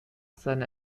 seiner